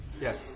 Yes